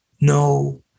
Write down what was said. no